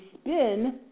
spin